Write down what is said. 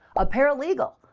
a para-legal,